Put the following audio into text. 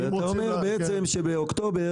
ואתה אומר בעצם שבאוקטובר